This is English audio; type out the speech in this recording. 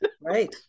Right